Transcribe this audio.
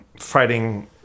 fighting